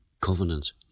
Covenant